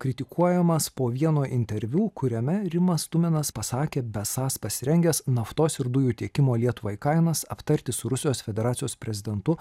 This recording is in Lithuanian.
kritikuojamas po vieno interviu kuriame rimas tuminas pasakė besąs pasirengęs naftos ir dujų tiekimo lietuvai kainas aptarti su rusijos federacijos prezidentu